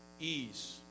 ease